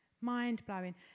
Mind-blowing